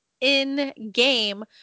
in-game